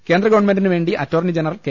കേന്ദ്രഗവൺമെന്റിനു വേണ്ടി attorney general K